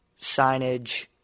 signage